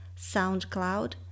SoundCloud